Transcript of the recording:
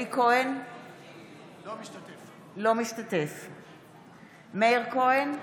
אלי כהן, אינו משתתף בהצבעה מאיר כהן,